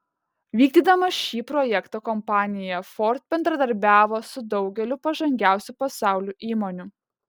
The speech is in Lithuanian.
vykdydama šį projektą kompanija ford bendradarbiavo su daugeliu pažangiausių pasaulio įmonių